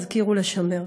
להזכיר ולשמר.